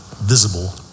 visible